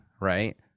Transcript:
right